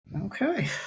Okay